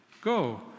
Go